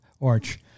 arch